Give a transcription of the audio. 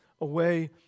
away